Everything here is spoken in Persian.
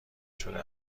شده